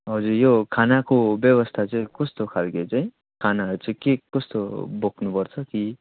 हजुर यो खानाको व्यावस्था चाहिँ कस्तो खाल्के चाहिँ खानाहरू चाहिँ के कस्तो बोक्नु पर्छ कि